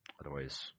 Otherwise